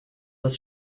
das